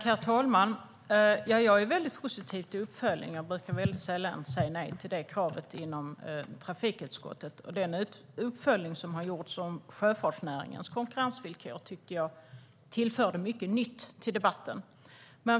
Herr talman! Jag är positiv till uppföljning. Jag brukar sällan säga nej till det kravet inom trafikutskottet. Den uppföljning som har gjorts om sjöfartsnäringens konkurrensvillkor tycker jag tillförde debatten mycket nytt.